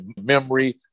memory